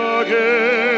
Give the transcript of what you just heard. again